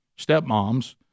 stepmoms